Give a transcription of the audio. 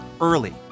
early